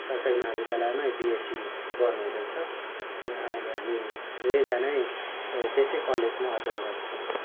सरकारी महाविद्यालयमै बिएसी गर्नुहुँदैछ त्यहाँदेखि अहिले हामी दुवैजनै त्यसै कलेजमा अध्ययनरत छौँ